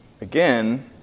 again